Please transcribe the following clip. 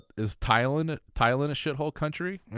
is thailand and thailand a shithole country?